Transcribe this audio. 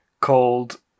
called